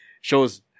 shows